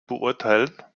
beurteilen